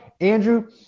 Andrew